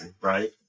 Right